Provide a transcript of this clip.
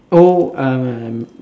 oh uh